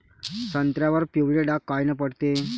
संत्र्यावर पिवळे डाग कायनं पडते?